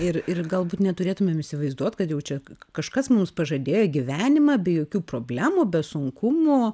ir ir galbūt neturėtumėm įsivaizduot kad jau čia kažkas mums pažadėjo gyvenimą be jokių problemų be sunkumų